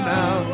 now